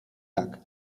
tak